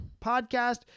podcast